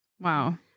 Wow